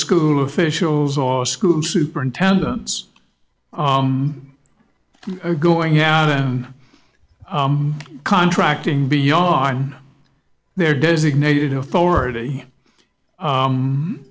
school officials or school superintendents or going out and contracting beyond their designated authority